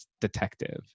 detective